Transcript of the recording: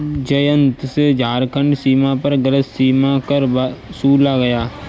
जयंत से झारखंड सीमा पर गलत सीमा कर वसूला गया